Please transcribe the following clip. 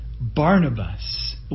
Barnabas